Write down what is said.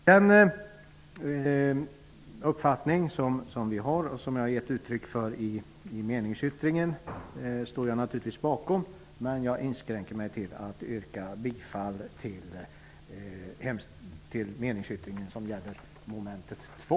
Den uppfattning som vi har och som jag har gett uttryck för i min meningsyttring står jag naturligtvis bakom. Men jag inskränker mig till att yrka bifall till meningsyttringen vad gäller mom. 2.